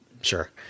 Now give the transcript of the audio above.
Sure